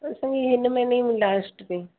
असांखे हिन महीने में लास्ट में